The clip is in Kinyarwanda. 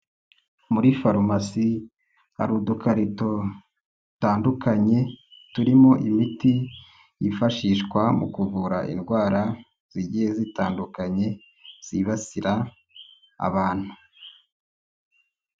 Muri farumasi hari udukarito dutandukanye turimo imiti yifashishwa mu kuvura indwara zigiye zitandukanye, zibasira abantu.